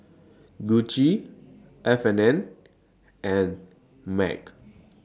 Gucci F and N and MAG